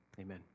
Amen